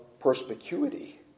perspicuity